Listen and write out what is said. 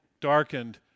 darkened